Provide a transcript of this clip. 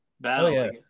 battle